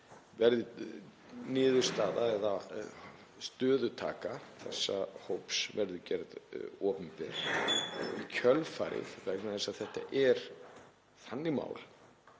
sem niðurstaða eða stöðutaka þessa hóps verður gerð opinber í kjölfarið vegna þess að þetta er þannig mál